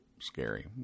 scary